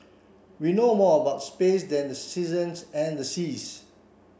we know more about space than the seasons and the seas